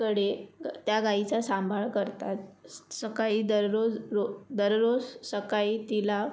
कडे ग त्या गाईचा सांभाळ करतात सकाळी दररोज रो दररोज सकाळी तिला